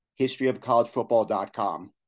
historyofcollegefootball.com